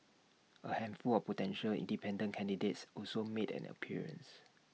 A handful of potential independent candidates also made an appearance